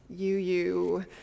UU